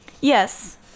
yes